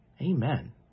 Amen